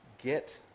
Get